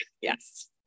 Yes